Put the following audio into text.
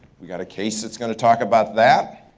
we got a case that's gonna talk about that.